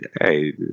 hey